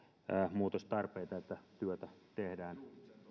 muutostarpeita niin että työtä tehdään